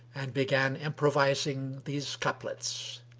and began improvising these couplets,